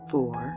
Four